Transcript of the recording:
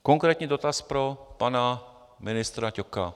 Konkrétní dotaz pro pana ministra Ťoka.